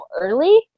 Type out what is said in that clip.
early